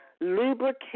lubricate